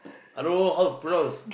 I don't know how to pronounce